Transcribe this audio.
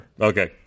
Okay